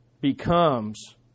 becomes